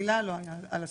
מילה לא היה על השכירות.